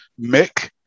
Mick